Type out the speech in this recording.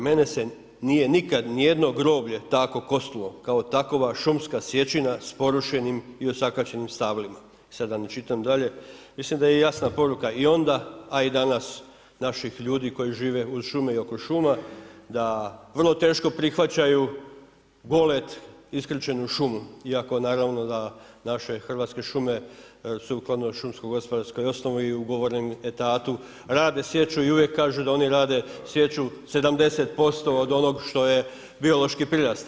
Mene se nije nikada ni jedno groblje tako kosilo kao takova šumska sječina sa porušenim i osakaćenim stablima“ sad da ne čitam dalje, mislim da je jasna poruka i onda a i danas naših ljudi koje žive uz šume i oko šuma, da vrlo teško prihvaćaju, … iskrčenu šumu, iako naravno da naše hrvatske šume sukladno šumskoj gospodarskoj osnovi i ugovoren je etatum, radu sječu i uvijek kažu da oni rade, sječu 70% od onog što je biološki prirastao.